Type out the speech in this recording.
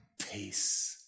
peace